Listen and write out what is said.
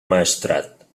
maestrat